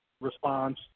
response